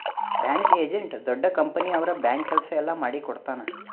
bank agent ದೊಡ್ಡ company ಅವ್ರ bank ಕೆಲ್ಸ ಎಲ್ಲ ಮಾಡಿಕೊಡ್ತನ